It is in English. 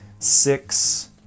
six